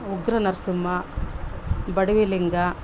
ಉಗ್ರ ನರಸಿಂಹ ಬಡವಿ ಲಿಂಗ